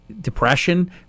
depression